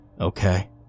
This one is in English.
Okay